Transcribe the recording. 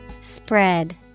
Spread